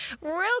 real